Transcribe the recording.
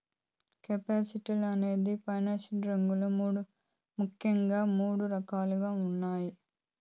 capital అనేది finance రంగంలో ముఖ్యంగా మూడు రకాలుగా ఉన్నాయి